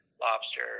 lobster